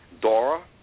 Dora